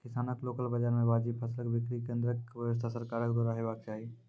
किसानक लोकल बाजार मे वाजिब फसलक बिक्री केन्द्रक व्यवस्था सरकारक द्वारा हेवाक चाही?